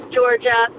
Georgia